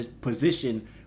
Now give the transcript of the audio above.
position